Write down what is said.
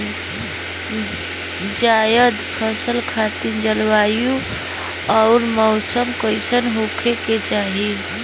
जायद फसल खातिर जलवायु अउर मौसम कइसन होवे के चाही?